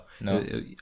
no